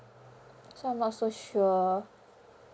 so I'm not so sure